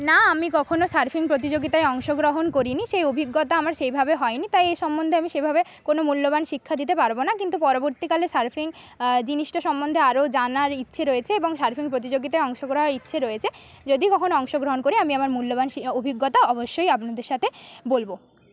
না আমি কখনো সার্ফিং প্রতিযোগিতায় অংশগ্রহণ করিনি সেই অভিজ্ঞতা আমার সেইভাবে হয়নি তাই এই সম্মন্ধে আমি সেভাবে কোন মূল্যবান শিক্ষা দিতে পারবো না কিন্তু পরবর্তীকালে সার্ফিং জিনিসটা সম্মন্ধে আরও জানার ইচ্ছে রয়েছে এবং সার্ফিং প্রতিযোগিতায় অংশ করার ইচ্ছে রয়েছে যদি কখনো অংশগ্রহণ করি আমি আমার মূল্যবান সেই অভিজ্ঞতা অবশ্যই আপনাদের সাথে বলবো